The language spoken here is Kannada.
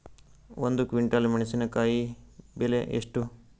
ಒಂದು ಕ್ವಿಂಟಾಲ್ ಮೆಣಸಿನಕಾಯಿ ಬೆಲೆ ಎಷ್ಟು?